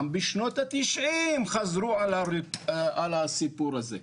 גם בשנות התשעים חזרו על הסיפור הזה.